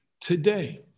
today